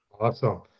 Awesome